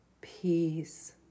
Peace